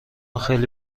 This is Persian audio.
خیلی